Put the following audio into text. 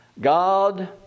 God